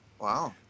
Wow